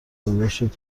داداشت